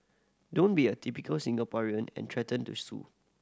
don't be a typical Singaporean and threaten to sue